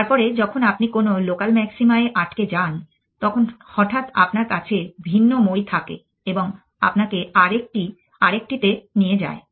তারপরে যখন আপনি কোনো লোকাল ম্যাক্সিমা এ আটকে যান তখন হঠাৎ আপনার কাছে ভিন্ন মই থাকে এবং আপনাকে আরেকটিতে নিয়ে যায়